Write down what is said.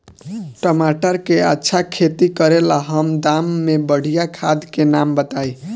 टमाटर के अच्छा खेती करेला कम दाम मे बढ़िया खाद के नाम बताई?